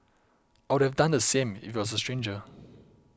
I would have done the same if it was a stranger